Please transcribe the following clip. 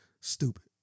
stupid